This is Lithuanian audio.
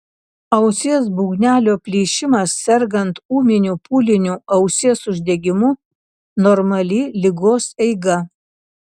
ausies būgnelio plyšimas sergant ūminiu pūliniu ausies uždegimu normali ligos eiga